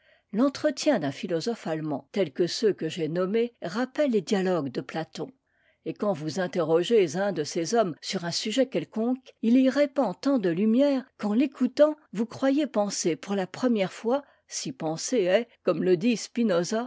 l'entretien d'un philosophe allemand tel que ceux que j'ai nommés rappelle les dialogues de platon et quand vous interrogez un de ces hommes sur un sujet quelconque il y répand tant de lumières qu'en l'écoutant vous croyez penser pour la première fois si penser est comme le